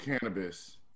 cannabis